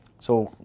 so,